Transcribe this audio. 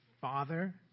Father